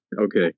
Okay